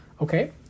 Okay